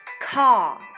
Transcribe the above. car